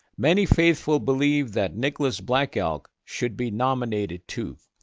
many faithful believe that nicholas black elk should be nominated too.